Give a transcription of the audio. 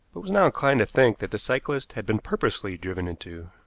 but was now inclined to think that the cyclists had been purposely driven into.